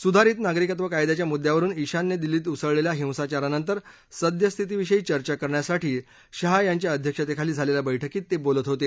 सुधारित नागरिकत्व कायद्याच्या मुद्यावरुन शिवान्य दिल्लीत उसळलेल्या हिंसाचारानंतर सद्यस्थितीविषयी चर्चा करण्यासाठी शाह यांच्या अध्यक्षतेखाली झालेल्या बैठकीत ते बोलत होते